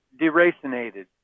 deracinated